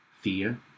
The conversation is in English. fear